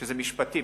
שזה משפטי,